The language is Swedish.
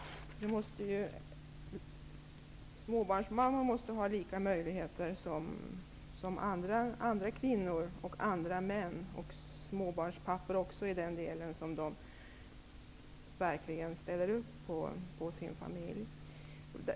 Småbarnsmammor måste ha samma möjligheter som andra kvinnor och män att arbeta, för den delen också småbarnspappor som ställer upp för sina familjer.